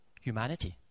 humanity